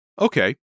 Okay